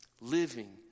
Living